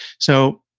so,